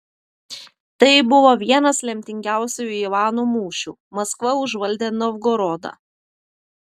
tai buvo vienas lemtingiausių ivano mūšių maskva užvaldė novgorodą